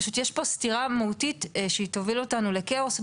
פשוט יש פה סתירה מהותית שהיא תוביל אותנו לכאוס.